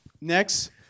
Next